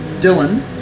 Dylan